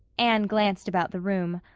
anne glanced about the room.